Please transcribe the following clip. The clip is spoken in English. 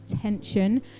tension